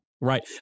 Right